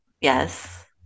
Yes